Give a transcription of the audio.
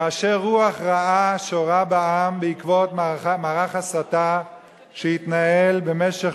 כאשר רוח רעה שורה בעם בעקבות מערך הסתה שהתנהל במשך